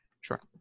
Sure